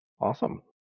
Awesome